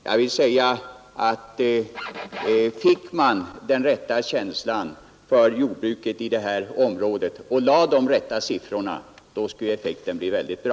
Jag vill säga att fick man den rätta känslan för jordbruket i det här området och lade de rätta siffrorna så skulle effekten bli väldigt bra.